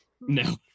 No